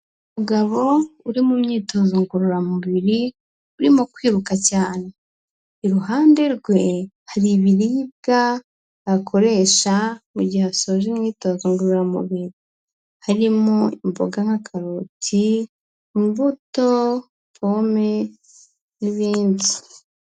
Umugabo uri mu myitozo ngororamubiri, urimo kwiruka cyane, iruhande rwe hari ibiribwa akoresha mu gihe asoje imyitozo ngororamubiri, harimo imboga nka karoti, imbuto, pome, n'ibindi.